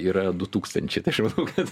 yra du tūkstančiai tai aš manau kad